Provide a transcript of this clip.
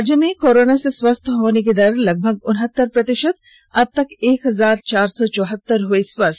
राज्य में कोरोना से स्वस्थ होने की दर लगभग उनहत्तर प्रतिशत अबतक एक हजार चार सौ चौहत्तर हुए स्वस्थ